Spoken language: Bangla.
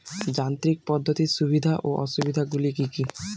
যান্ত্রিক পদ্ধতির সুবিধা ও অসুবিধা গুলি কি কি?